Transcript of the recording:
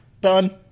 Done